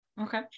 Okay